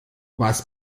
was